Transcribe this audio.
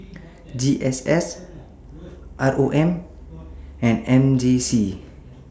G S S R O M and M J C